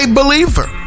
believer